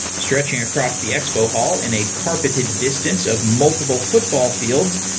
stretching across the expo hall in a carpeted distance of multiple football fields,